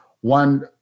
one